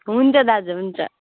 हुन्छ दाजु हुन्छ